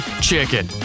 chicken